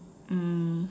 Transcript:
mm